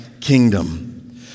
kingdom